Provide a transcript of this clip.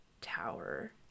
tower